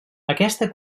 aquesta